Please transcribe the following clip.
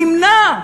נמנע,